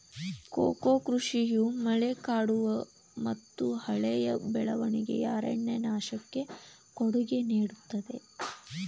cocoa ಕೃಷಿಯು ಮಳೆಕಾಡುಮತ್ತುಹಳೆಯ ಬೆಳವಣಿಗೆಯ ಅರಣ್ಯನಾಶಕ್ಕೆ ಕೊಡುಗೆ ನೇಡುತ್ತದೆ